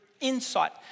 insight